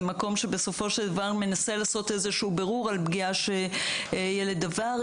זה מקום שבסופו של דבר מנסה לעשות בירור על פגיעה שילד עבר.